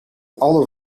all